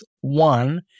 one